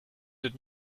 did